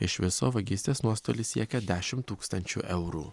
iš viso vagystės nuostolis siekia dešimt tūkstančių eurų